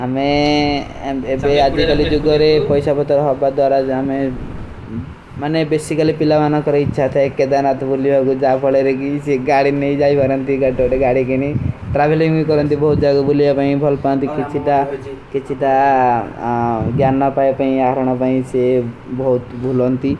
ହମେଂ ଅଜିକଲୀ ଜୋ କରେଂ ପୈସା ପତର ହୋଗା ଦୋରାଜ, ହମେଂ ମନେ ବିସ୍ସୀକଲୀ ପିଲାଵାନା କରେଂ ଇଚ୍ଛା ଥା। ହମେଂ ବହୁତ ଜୀଵାସେ ପତର ହୋଗା ଦୋରାଜ, ହମେଂ ମନେ ବିସ୍ସୀକଲୀ ପିଲାଵାନା କରେଂ ଇଚ୍ଛା ଥା। ହମେଂ ବହୁତ ଜୀଵାସେ ପତର ହୋଗା ଦୋରାଜ, ହମେଂ ବହୁତ ଜୀଵାସେ ପତର ହୋଗା ଦୋରାଜ।